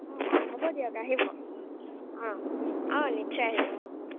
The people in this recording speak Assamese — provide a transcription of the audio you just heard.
অঁ হ'ব দিয়ক আহিব অঁ অঁ নিশ্চয় আহিব অঁ হ'ব